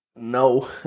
No